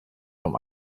vom